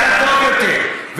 אתה טוב יותר.